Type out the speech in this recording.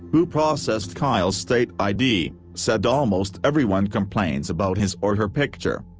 who processed kyle's state id, said almost everyone complains about his or her picture.